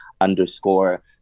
underscore